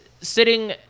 sitting